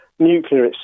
Nuclear